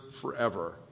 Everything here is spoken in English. forever